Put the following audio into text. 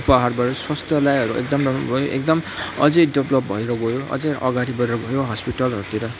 पाहाडभरि स्वास्थ्यलायहरू एकदम राम्रो भयो एकदम अझै डेभलप भएर गयो अझै अगाडि बडेर गयो र हस्पिटलहरूतिर